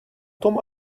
tom